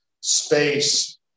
space